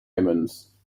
omens